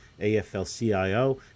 AFL-CIO